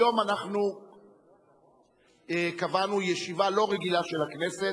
היום קבענו ישיבה לא רגילה של הכנסת,